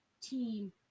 Team